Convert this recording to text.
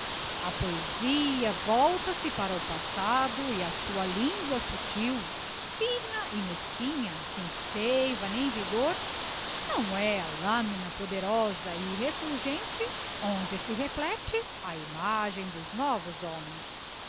a poesia volta-se para o passado e a sua lingua subtil fina e mesquinha sem seiva nem vigor não é a lamina poderosa e refulgente onde se reflecte a imagem dos novos homens